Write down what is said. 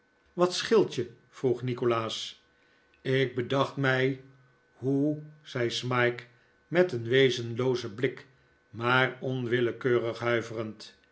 wat scheelt je vroeg nikolaas ik bedacht mij hoe zei smike met een wezenloozen blik maar onwillekeurig huiverend